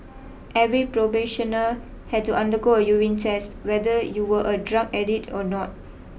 every probationer had to undergo a urine test whether you were a drug addict or not